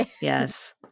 Yes